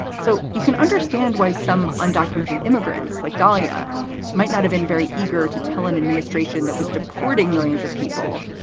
so you can understand why some undocumented immigrants like dalia might not have been very eager to tell an administration that was deporting millions of people.